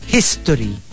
History